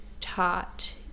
taught